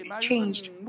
Changed